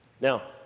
now